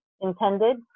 intended